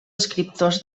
escriptors